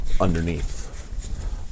underneath